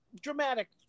dramatic